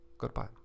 Goodbye